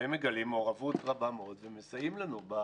והם מגלים מעורבות רבה מאוד ומסייעים לנו.